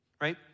Right